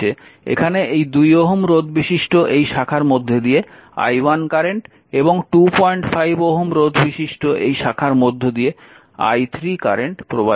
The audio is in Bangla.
এখানে এই 2 Ω রোধবিশিষ্ট এই শাখার মধ্য দিয়ে i1 কারেন্ট এবং এই 25 Ω রোধবিশিষ্ট এই শাখার মধ্য দিয়ে i3 কারেন্ট প্রবাহিত হচ্ছে